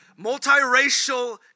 multiracial